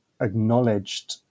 acknowledged